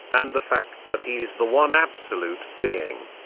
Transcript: and the fact that he is the one absolute being.